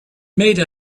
made